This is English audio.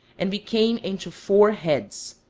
and became into four heads.